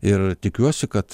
ir tikiuosi kad